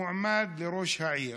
מועמד לראש העיר,